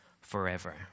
forever